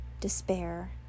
despair